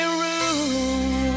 room